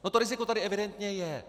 To riziko tady evidentně je!